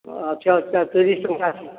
ଅଛି ଆଉ ତିରିଶ ଟଙ୍କା ଅଛି